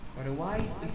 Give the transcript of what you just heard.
Otherwise